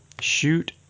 shoot